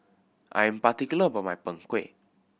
I am particular about my Png Kueh